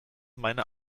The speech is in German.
meine